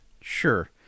Sure